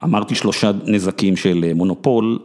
אמרתי שלושה נזקים של מונופול.